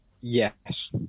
Yes